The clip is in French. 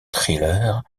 thriller